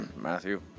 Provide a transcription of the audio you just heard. Matthew